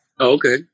Okay